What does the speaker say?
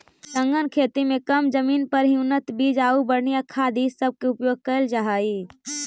सघन खेती में कम जमीन पर ही उन्नत बीज आउ बढ़ियाँ खाद ई सब के उपयोग कयल जा हई